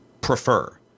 prefer